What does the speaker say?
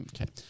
Okay